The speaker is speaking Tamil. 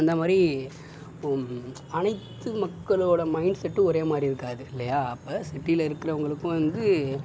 அந்த மாதிரி அனைத்து மக்களோடய மைண்ட் செட்டும் ஒரே மாதிரி இருக்காது இல்லையா அப்போ சிட்டியில் இருக்கிறவங்களுக்கும் வந்து